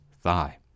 thigh